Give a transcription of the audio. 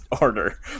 order